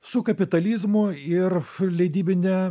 su kapitalizmu ir leidybine